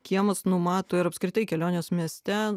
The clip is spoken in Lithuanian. kiemas numato ir apskritai keliones mieste